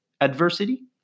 adversity